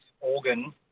organ